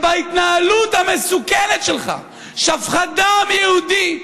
שההתנהלות המסוכנת שלך שפכה דם יהודי,